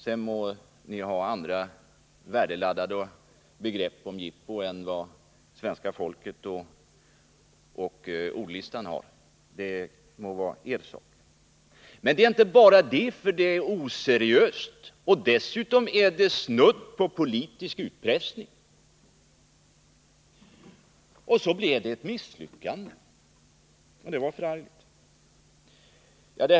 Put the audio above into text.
Sedan må ni ha andra, värdeladdade begrepp om jippo än vad svenska folket och ordlistan har — må vara er sak. Men det är också oseriöst och snudd på politisk utpressning. Och dessutom blev det ett misslyckande, och det var ju förargligt.